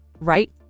right